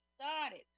started